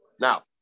now